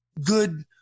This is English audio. good